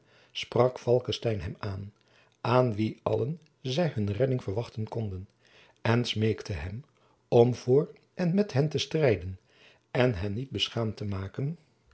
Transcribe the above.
hem aan van wien alleen zij hun redding verwachten konden en smeekte hem om voor en met hen te strijden en hen niet beschaamd te maken